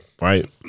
right